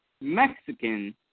Mexican